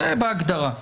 זה בהגדרה.